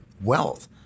wealth